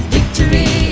Victory